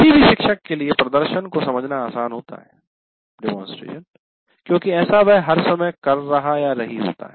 किसी भी शिक्षक के लिए प्रदर्शन को समझना आसान होता है क्योंकि ऐसा वह हर समय कर रहारही होता है